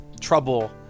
trouble